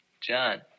John